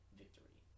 victory